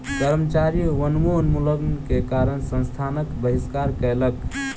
कर्मचारी वनोन्मूलन के कारण संस्थानक बहिष्कार कयलक